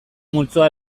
multzoa